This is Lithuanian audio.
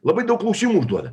labai daug klausimų užduoda